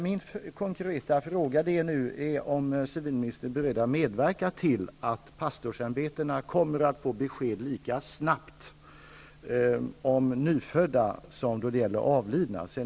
Min konkreta fråga är om civilministern är beredd att medverka till att pastorsämbetena kommer att få besked lika snabbt om nyfödda som då det gäller avlidna.